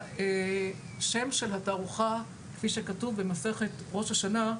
השם של התערוכה כפי שכתוב במסכת ראש השנה,